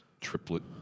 triplet